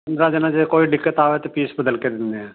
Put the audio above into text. ਪੰਦਰ੍ਹਾਂ ਦਿਨਾਂ 'ਚ ਜੇ ਕੋਈ ਦਿੱਕਤ ਆਵੇ ਤਾਂ ਪੀਸ ਬਦਲ ਕੇ ਦੇਨੇ ਹੈ